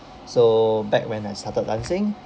so back when I started dancing